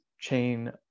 chain